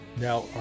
Now